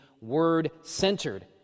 word-centered